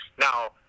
Now